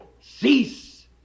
cease